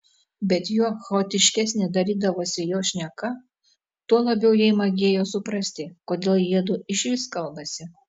bet juo chaotiškesnė darydavosi jo šneka tuo labiau jai magėjo suprasti kodėl jiedu išvis kalbasi